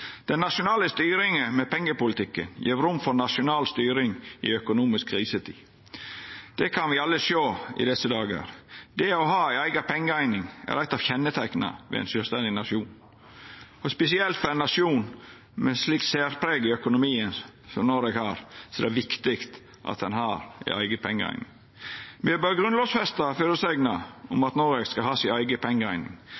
Den nasjonale styringa med pengepolitikken gjev rom for nasjonal styring i økonomisk krisetid. Det kan me alle sjå i desse dagar. Det å ha ei eiga pengeeining er eit av kjenneteikna ved ein sjølvstendig nasjon. Spesielt for ein nasjon med slikt særpreg i økonomien som Noreg har, er det viktig at ein har ei eiga pengeeining. Ved å grunnlovfesta føresegna om